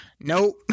nope